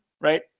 right